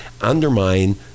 undermine